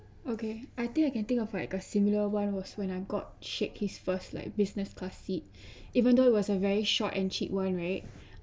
okay I think I can think of like a similar [one] was when I got shed his first like business class seat even though it was a very short and cheap [one] right